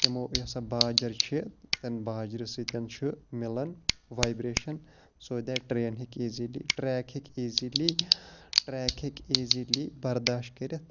تِمو یۄس سۄ باجَر چھِ تَمہِ باجرِ سۭتۍ چھُ مِلان وایِبریشَن سو دیٹ ٹرٛین ہیٚکہِ ایٖزِلی ٹرٛیک ہیٚکہِ ایٖزِلی ٹرٛیک ہیٚکہِ ایٖزِلی بَرداش کٔرِتھ